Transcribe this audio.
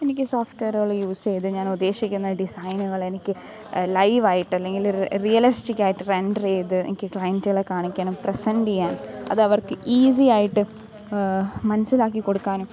എനിക്ക് സോഫ്റ്റ്വെയറുകൾ യൂസ് ചെയ്ത് ഞാൻ ഉദ്ദേശിക്കുന്ന ഡിസൈനുകൾ എനിക്ക് ലൈവായിട്ട് അല്ലെങ്കിൽ റിയലിസ്റ്റിക്കായിട്ട് റെൻ്റർ ചെയ്ത് എനിക്ക് ക്ലയിൻ്റുകളെ കാണിക്കാനും പ്രെസെൻ്റ് ചെയ്യാനും അതവർക്ക് ഈസിയായിട്ട് മനസ്സിലാക്കിക്കൊടുക്കാനും